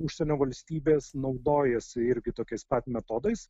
užsienio valstybės naudojasi irgi tokiais pat metodais